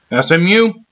SMU